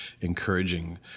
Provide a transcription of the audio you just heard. encouraging